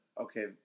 Okay